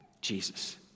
Jesus